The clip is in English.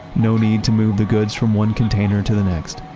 no need to move the goods from one container to the next.